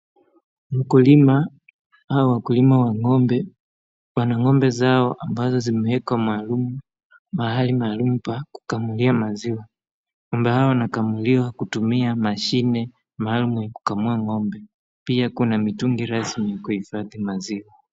Mkulima au wakulima wa ng'ombe wana ng'ombe zao ambazo zimewekwa mahali maalum pa kukamulia maziwa. Ng'ombe hawa wanakamuliwa kutumia mashine maalum ya kukamua ng'ombe. Pia kuna mitungi rasmi ya kuhifadhi maziwa.